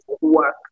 work